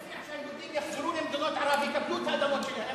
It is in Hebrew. אני מציע שהיהודים יחזרו למדינות ערב ויקבלו את האדמות שלהם.